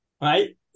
right